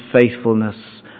faithfulness